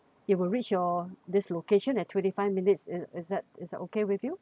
it will reach your this location at twenty five minutes is is that is that okay with you